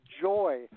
joy